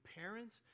parents